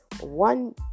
one